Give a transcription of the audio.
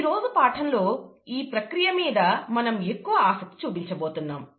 ఈరోజు పాఠంలో ఈ ప్రక్రియ మీద మనం ఎక్కువ ఆసక్తి చూపించబోతున్నాము